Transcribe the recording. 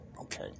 Okay